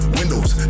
windows